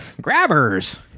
Grabbers